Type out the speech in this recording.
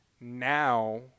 Now